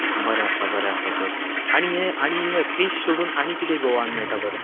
बरें आसा बरें आसा तर आनी हें आनी हें फिश सोडून आनी कितें गोवान मेळटा बरें